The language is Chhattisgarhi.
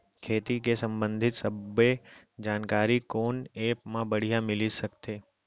खेती के संबंधित सब्बे जानकारी कोन एप मा बढ़िया मिलिस सकत हे?